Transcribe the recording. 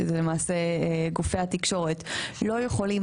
שהם למעשה גופי התקשורת לא יכולים